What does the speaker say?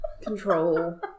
Control